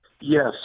Yes